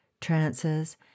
trances